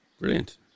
brilliant